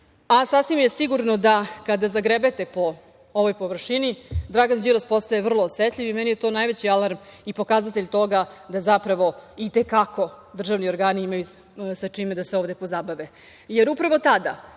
niko. Sasvim je sigurno da kada zagrebete po ovoj površini Dragan Đilas postaje vrlo osetljiv i meni je to najveći alarm i pokazatelj toga da zapravo i te kako državni organi imaju sa čime da se ovde pozabave.